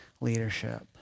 leadership